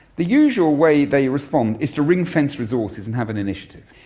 the usual way they respond is to ring-fence resources and have an initiative.